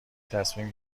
تصمیم